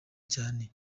cyane